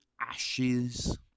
Ashes